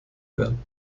werden